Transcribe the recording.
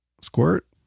squirt